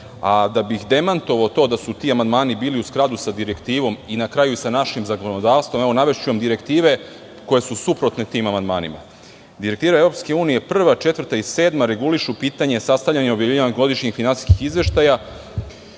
a da bih demantovao to da su ti amandmani bili u skladu sa direktivom i na kraju sa našim zakonodavstvom, navešću vam direktive koje su suprotne tim amandmanima. Direktiva EU Prva, Četvrta, Sedma regulišu pitanje sastavljanja i objavljivanja godišnjih finansijskih izveštaja.